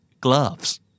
Gloves